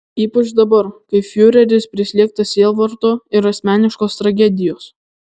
ypač dabar kai fiureris prislėgtas sielvarto ir asmeniškos tragedijos